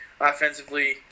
offensively